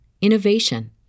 innovation